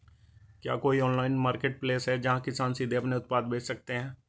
क्या कोई online marketplace है जहां किसान सीधे अपने उत्पाद बेच सकते हैं?